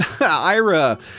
Ira